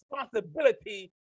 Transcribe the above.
responsibility